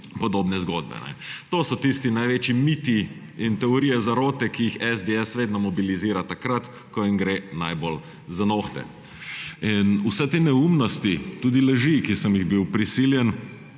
podobne zgodbe. To so tisti največji miti in teorije zarote, ki jih SDS vedno mobilizira takrat, ko jim gre najbolj za nohte. Vse te neumnosti tudi laži, ki sem jih bil prisiljen